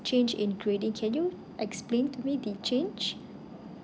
change in grading can you explain to me the change